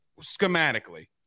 Schematically